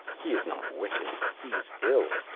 he is not wicked. he is ill.